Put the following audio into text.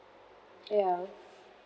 ya